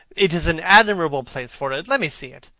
it is an admirable place for it. let me see it.